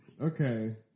Okay